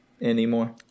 anymore